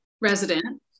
resident